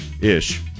ish